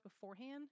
beforehand